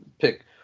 pick